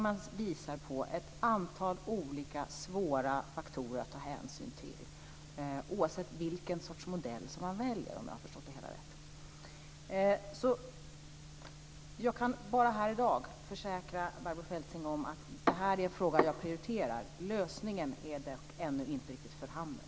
Man visar på ett antal olika svåra faktorer att ta hänsyn till oavsett vilken modell man väljer, om jag har förstått det hela rätt. Jag kan bara här i dag försäkra Barbro Feltzing om att det är en fråga som jag prioriterar. Lösningen är dock ännu inte riktigt för handen.